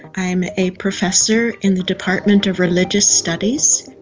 i am a professor in the department of religious studies,